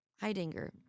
Heidinger